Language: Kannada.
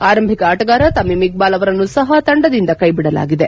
ಆರಂಭಿಕ ಆಟಗಾರ ತಮೀಮ್ ಇಕ್ಲಾಲ್ ಅವರನ್ನು ಸಹ ತಂಡದಿಂದ ಕೈಬಿಡಲಾಗಿದೆ